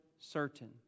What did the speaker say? certain